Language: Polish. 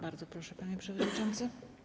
Bardzo proszę, panie przewodniczący.